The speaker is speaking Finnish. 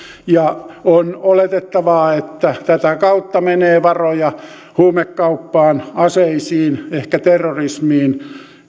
ja on oletettavaa että tätä kautta menee varoja huumekauppaan aseisiin ehkä terrorismiin